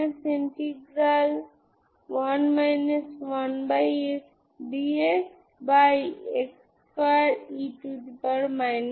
এই কন্সট্যান্ট আপনি জানেন আপনার ডট প্রোডাক্ট আছে আপনি ডট প্রোডাক্ট করতে পারেন